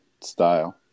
style